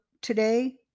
today